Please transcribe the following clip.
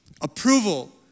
Approval